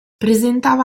presentava